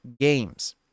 games